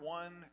one